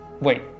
Wait